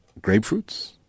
grapefruits